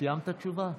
סיימת את התשובה?